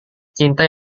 cinta